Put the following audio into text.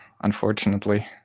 unfortunately